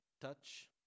touch